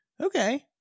Okay